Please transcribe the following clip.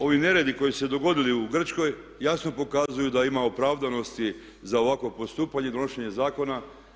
Ovi neredi koji su se dogodili u Grčkoj jasno pokazuju da ima opravdanosti za ovakvo postupanje i donošenje zakona.